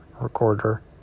recorder